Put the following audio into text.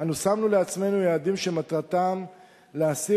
אנו שמנו לעצמנו יעדים שמטרתם להסיר